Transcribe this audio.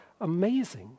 amazing